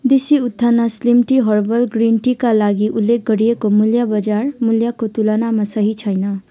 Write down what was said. देसी उत्थाना slim tea herbal green टीका लागि उल्लेख गरिएको मूल्य बजार मूल्यको तुलनामा सही छैन